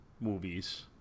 movies